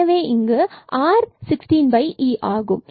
எனவே இங்கு r 16e என்பது ஆகும்